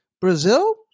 Brazil